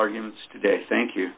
guments today thank you